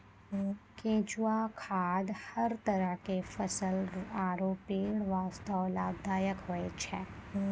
केंचुआ खाद हर तरह के फसल आरो पेड़ वास्तॅ लाभदायक होय छै